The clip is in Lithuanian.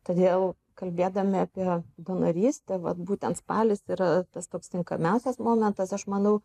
todėl kalbėdami apie donorystę vat būtent spalis yra tas toks tinkamiausias momentas aš manau